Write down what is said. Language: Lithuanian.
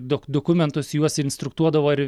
dok dokumentus juos instruktuodavo ir